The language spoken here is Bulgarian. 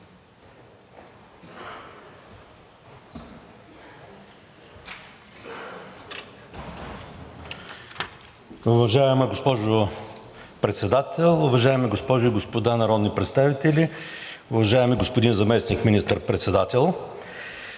Уважаема госпожо Председател, уважаеми госпожи и господа народни представители! Уважаеми господин Христов, на въпроса